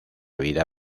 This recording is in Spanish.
vida